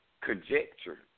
conjecture